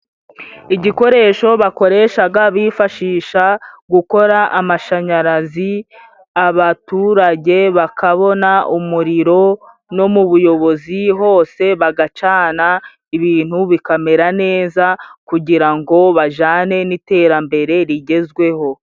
Igikoresho bakoreshaga bifashisha gukora amashanyarazi, abaturage bakabona umuriro no mu buyobozi, hose bagacana ibintu bikamera neza kugira ngo bajane n'iterambere rigezweho.